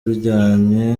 bijyanye